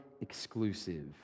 exclusive